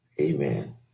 Amen